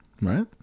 right